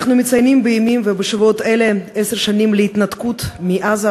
אנחנו מציינים בימים ובשבועות אלה עשר שנים להתנתקות מעזה.